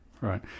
Right